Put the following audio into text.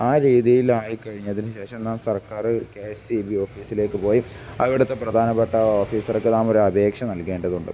ആ രീതിയിലായി കഴിഞ്ഞതിന് ശേഷം നാം സർക്കാർ കെ എസ് ഇ ബി ഓഫീസിലേക്ക് പോയി അവിടുത്തെ പ്രധാനപ്പെട്ട ഓഫീസർക്ക് നാം ഒരു അപേക്ഷ നൽകേണ്ടതുണ്ട്